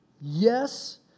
Yes